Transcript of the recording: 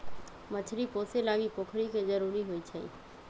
मछरी पोशे लागी पोखरि के जरूरी होइ छै